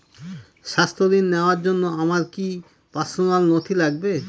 স্বাস্থ্য ঋণ নেওয়ার জন্য আমার কি কি পার্সোনাল নথি লাগবে?